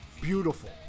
Beautiful